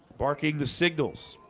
barking the signals